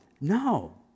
no